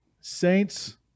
Saints